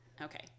Okay